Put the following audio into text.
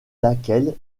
laquelle